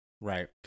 right